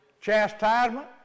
chastisement